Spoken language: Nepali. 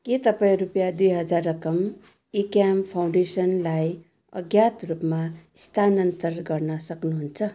के तपाईँ रुपियाँ दुई हजार रकम इक्याम फाउन्डेसनलाई अज्ञात रूपमा स्थानान्तर गर्न सक्नुहुन्छ